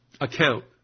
account